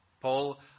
Paul